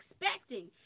expecting